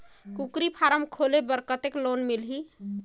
कूकरी फारम खोले बर कतेक लोन मिलही?